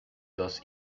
dos